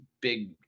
big